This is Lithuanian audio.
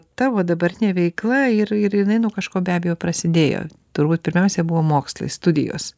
tavo dabartinė veikla ir ir jinai nuo kažko be abejo prasidėjo turbūt pirmiausia buvo mokslai studijos